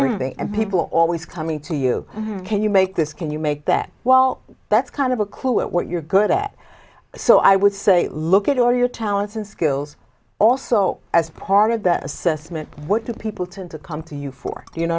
generic and people are always coming to you can you make this can you make that well that's kind of a cool at what you're good at so i would say look at your your talents and skills also as part of that assessment what do people tend to come to you for you know